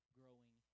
growing